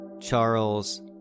Charles